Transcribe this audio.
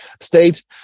state